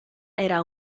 era